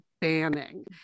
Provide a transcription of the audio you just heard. banning